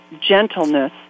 gentleness